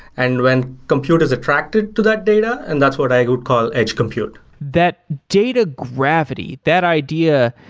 and when compute is attracted to that data, and that's what i ah would call edge compute that data gravity, that idea,